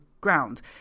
ground